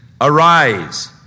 arise